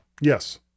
Yes